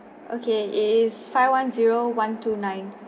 okay it is five one zero one two nine